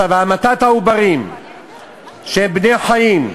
המתת העוברים שהם בני-חיים,